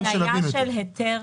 כדי שנבין.